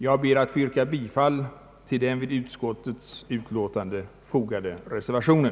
Jag ber att få yrka bifall till den vid utskottets utlåtande fogade reservationen.